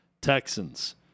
Texans